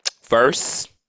First